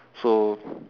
so